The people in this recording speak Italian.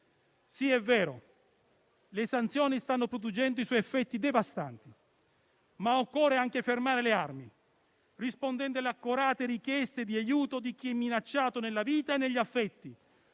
Sì, è vero: le sanzioni stanno producendo i loro effetti devastanti, ma occorre anche fermare le armi, rispondendo alle accorate richieste di aiuto di chi è minacciato nella vita e negli affetti,